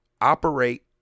operate